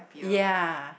ya